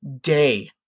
day